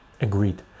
agreed